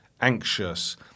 anxious